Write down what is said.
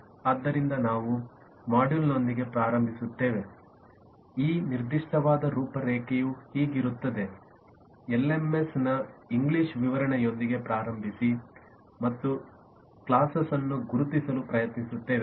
ಆದ್ದರಿಂದ ನಾವು ಮಾಡ್ಯೂಲ್ನೊಂದಿಗೆ ಪ್ರಾರಂಭಿಸುತ್ತೇವೆ ಈ ನಿರ್ದಿಷ್ಟವಾದ ರೂಪರೇಖೆಯು ಹೀಗಿರುತ್ತದೆ ಎಲ್ಎಂಎಸ್ನ ಇಂಗ್ಲಿಷ್ ವಿವರಣೆಯೊಂದಿಗೆ ಪ್ರಾರಂಭಿಸಿ ಮತ್ತು ಕ್ಲಾಸೆಸನ್ನು ಗುರುತಿಸಲು ಪ್ರಯತ್ನಿಸುತ್ತೇವೆ